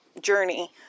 journey